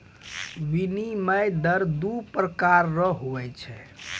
विनिमय दर दू प्रकार रो हुवै छै